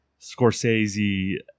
Scorsese